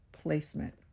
placement